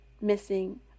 missing